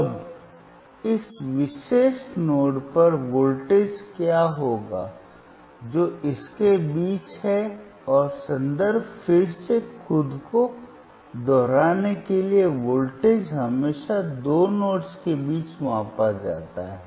अब इस विशेष नोड पर वोल्टेज क्या होगा जो इसके बीच है और संदर्भ फिर से खुद को दोहराने के लिए वोल्टेज हमेशा दो नोड्स के बीच मापा जाता है